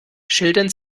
schildern